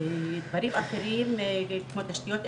דברים אחרים בעקבות שתיות,